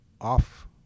off